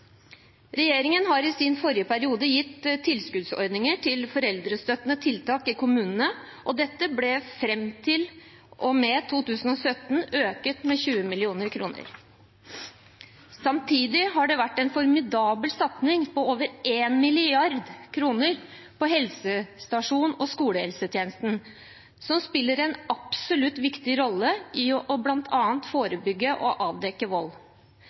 Regjeringen har i sin forrige periode gitt tilskuddsordninger til foreldrestøttende tiltak i kommunene, og dette ble fram til og med 2017 økt med 20 mill. kr. Samtidig har det vært en formidabel satsing på over 1 mrd. kr på helsestasjons- og skolehelsetjenesten, som absolutt spiller en viktig rolle i bl.a. å forebygge og avdekke vold.